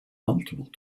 multiple